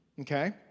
okay